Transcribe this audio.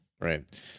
Right